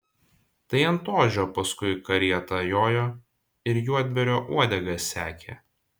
tai ant ožio paskui karietą jojo ir juodbėrio uodegą sekė